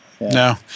No